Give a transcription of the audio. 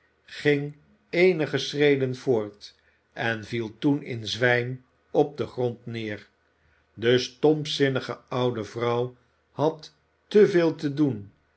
ging eenige schreden voort en viel toen in zwijm op den grond neer de stompzinnige oude vrouw had te veel te doen